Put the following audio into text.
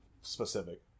specific